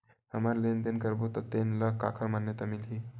हमन लेन देन करबो त तेन ल काखर मान्यता मिलही?